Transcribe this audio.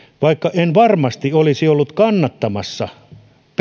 vaikka en varmasti olisi ollut kannattamassa